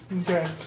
Okay